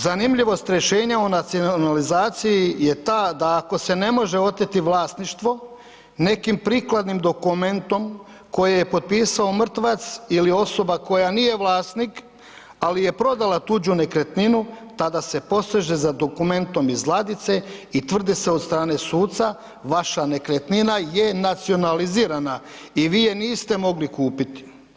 Zanimljivost rješenja o nacionalizaciji je ta da ako se ne može oteti vlasništvo nekim prikladnim dokumentom koje je potpisao mrtvac ili osoba koja nije vlasnik, ali je prodala tuđu nekretninu, tada se poseže za dokumentom iz ladice i tvrdi se od strane suca, vaša nekretnina je nacionalizirana i vi je niste mogli kupiti.